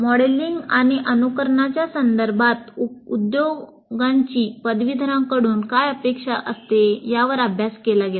modelling आणि अनुकरणच्या संदर्भात उद्योगांची पदवीधारकांकडून काय अपेक्षा असते यावर अभ्यास केला गेला